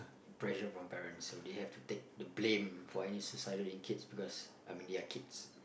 pressure from parents so they have to take the blame for any suicidal in kids because I mean they are kids